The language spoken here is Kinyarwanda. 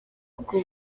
uko